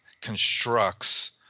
constructs